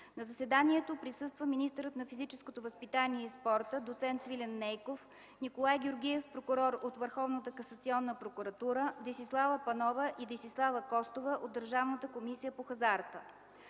На заседанието присъства министърът на физическото възпитание и спорта доц. Свилен Нейков, Николай Георгиев – прокурор от Върховната касационна прокуратура, Десислава Панова и Десислава Костова от Държавната комисия по хазарта.